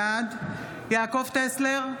בעד יעקב טסלר,